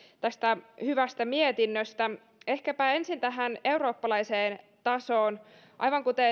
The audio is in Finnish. tästä hyvästä mietinnöstä ehkäpä ensin tähän eurooppalaiseen tasoon aivan kuten